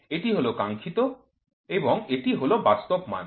এটি হল কাঙ্ক্ষিত এবং এটি হল বাস্তব মান